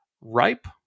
ripe